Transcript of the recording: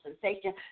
sensation